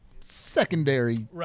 secondary